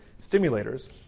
stimulators